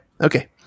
Okay